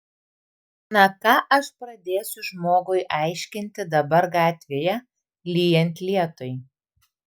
na ką aš pradėsiu žmogui aiškinti dabar gatvėje lyjant lietui